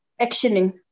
actioning